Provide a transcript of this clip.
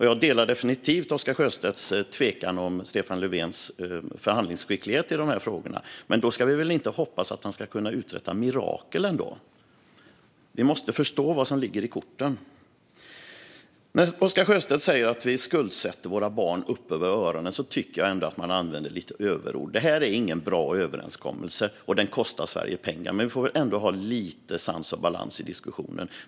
Jag delar definitivt Oscar Sjöstedts tvivel gällande Stefan Löfvens förhandlingsskicklighet i dessa frågor. Då ska vi väl ändå inte hoppas att han ska kunna uträtta mirakel? Vi måste förstå vad som ligger i potten. När Oscar Sjöstedt säger att vi skuldsätter våra barn upp över öronen tycker jag ändå att han använder överord. Detta är ingen bra överenskommelse, och den kostar Sverige pengar. Men vi får ändå ha lite sans och balans i diskussionen.